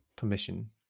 permission